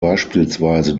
beispielsweise